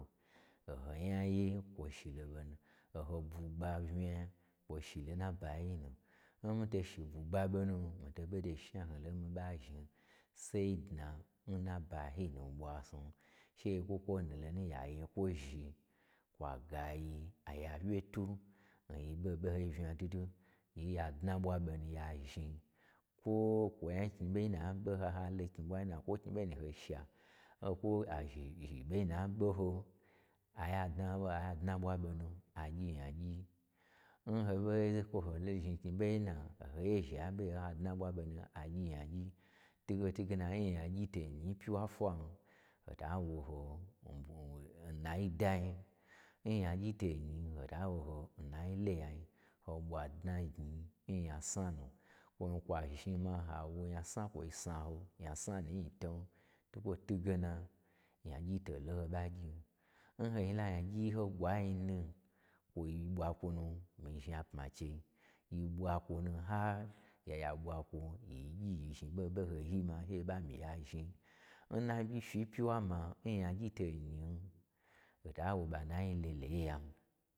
O ho nyayi kwo shi lo ɓonu, o ho bwugba unya kwo shilo n na bayi nu, n mii to shi bwugba ɓonu mii toɓo do shna snu lo n mii ɓa zhnin sai dna n na ba bayi nu n ɓwa snu, she yi kwu kwo nu lonu ya yekwo zhi kwa gayi oya wye twu, n yi ɓoho ɓo ho yi unya dwudwu n ya dna ɓwa ɓonu, ya zhni, kwo-kwo nya knyi ɓoi na ɓo ha, ha lo knyi ɓwai na, kwo knyi ɓoi nu n ho sha, okwu ashe wyi zhi ɓeyi nu na ɓoho, aye a-aye a dna ɓwa n ɓo nu a gyi nyagyi, n ho ɓoi, kwo ho ɓo zhni knyi ɓoi na, lo ho yezha ɓe n ha dna ɓwa n ɓonu a gyi nyagyi n twu ge na n nyagyi to nyi n pyiwa fwa, hotawo ho n bwu n-n-n nayi dain. N nyagyi to nyi hota wo ho nayi leyayin, ho ɓwa dna gnyi n nyasna nu, kwon kwa zhni ma hawo nyasna kwo snaho, nyasna nuyi ton, ntuwkwo twuge na, nyagyi to lo nho ɓa gyin. N hola nyagyi ho ɓwa nyi nu, kwoi ɓwa kwonu mii zhnagma n chei yi ɓwakwonu har, ya-ya ɓwa kwo yi zhni ɓoho ɓoho yima nyi ɓa myi ya zhni. Nna ɓyi fyi n pyiwa man nyagyi to nyi, hota wo ɓa n nayi lele yi ya.